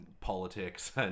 politics